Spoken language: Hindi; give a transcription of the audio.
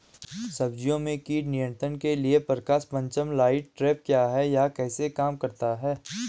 सब्जियों के कीट नियंत्रण के लिए प्रकाश प्रपंच लाइट ट्रैप क्या है यह कैसे काम करता है?